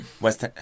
West